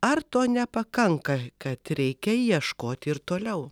ar to nepakanka kad reikia ieškoti ir toliau